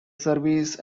service